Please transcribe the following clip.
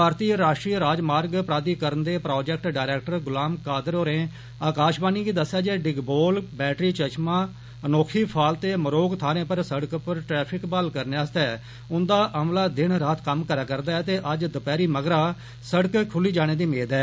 भारतीय राश्ट्रीय राजमार्ग प्राकिकरण दे प्रोजैक्ट डैयरैक्टर गुलाम कादिर होरें आकाषवाणी गी दस्सेया जे डिगबोल वैटरी चष्मा अनोटवीफाल ते मरोग थ्हारें पर सड़क पर ट्रैफिक बहाल करने आस्तै उंदा अमल दिन रात कम्म करा करदा ऐ ते अज्ज दपैहरी मगरा सड़क खुल्ली जाने दी मेद ऐ